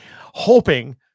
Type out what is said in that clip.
hoping